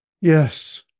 Yes